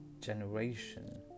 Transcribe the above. generation